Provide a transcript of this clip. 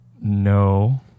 no